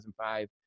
2005